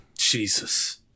Jesus